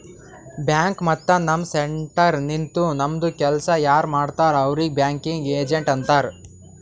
bank ಮತ್ತ ನಮ್ centre ನಿಂತು ನಮ್ದು ಕೆಲ್ಸಾ ಯಾರ್ ಮಾಡ್ತಾರ್ ಅವ್ರಿಗ್ ಬ್ಯಾಂಕಿಂಗ್ ಏಜೆಂಟ್ ಅಂತಾರ್